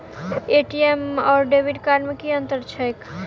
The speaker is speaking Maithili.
ए.टी.एम आओर डेबिट कार्ड मे की अंतर छैक?